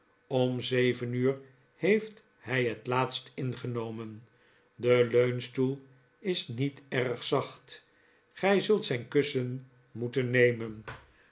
om zeven uur heeft hij het laatst ingenomen de leunstoel is niet erg zacht gij zult zijn kussen moeten nemen